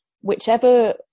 whichever